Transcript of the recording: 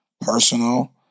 personal